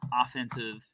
offensive